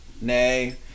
nay